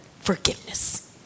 forgiveness